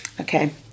Okay